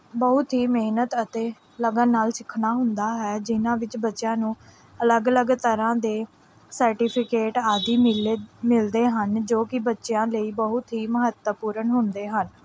ਬਹੁਤ ਹੀ ਮਿਹਨਤ ਅਤੇ ਲਗਨ ਨਾਲ ਸਿੱਖਣਾ ਹੁੰਦਾ ਹੈ ਜਿਹਨਾਂ ਵਿੱਚ ਬੱਚਿਆਂ ਨੂੰ ਅਲੱਗ ਅਲੱਗ ਤਰ੍ਹਾਂ ਦੇ ਸਰਟੀਫਿਕੇਟ ਆਦਿ ਮਿਲੇ ਮਿਲਦੇ ਹਨ ਜੋ ਕਿ ਬੱਚਿਆਂ ਲਈ ਬਹੁਤ ਹੀ ਮਹੱਤਵਪੂਰਣ ਹੁੰਦੇ ਹਨ